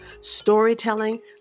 storytelling